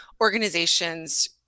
organizations